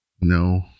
no